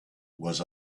was